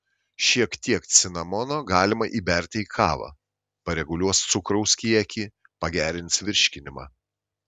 šiek tiek cinamono galima įberti į kavą pareguliuos cukraus kiekį pagerins virškinimą